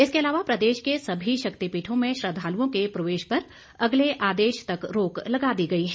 इसके अलावा प्रदेश के सभी शक्तिपीठों में श्रद्धालुओं के प्रवेश पर अगले आदेश तक रोक लगा दी गई है